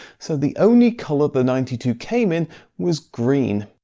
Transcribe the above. so the only colour the ninety two came in was green!